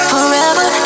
Forever